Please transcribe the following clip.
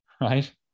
right